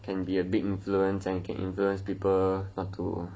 can be a big influence and can influence people to